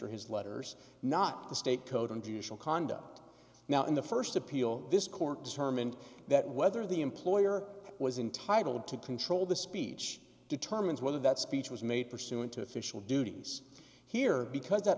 or his letters not the state code and judicial conduct now in the first appeal this court determined that whether the employer was intitled to control the speech determines whether that speech was made pursuant to official duties here because that